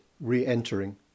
re-entering